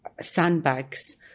sandbags